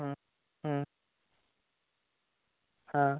হুম হুম হ্যাঁ